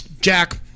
Jack